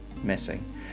missing